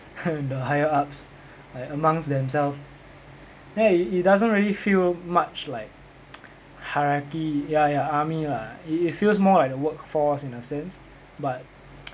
the higher-ups like amongst themselves ya it it doesn't really feel much like hierarchy ya ya like army lah it feels more like the workforce in a sense but